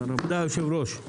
הישיבה נעולה.